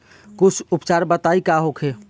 कुछ उपचार बताई का होखे?